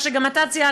מה שגם אתה ציינת,